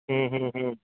ਹੂੰ ਹੂੰ ਹੂੰ